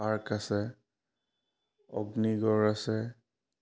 park আছে অগ্নিগড় আছে